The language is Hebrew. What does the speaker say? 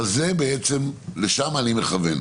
לשם אני מכוון.